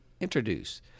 introduce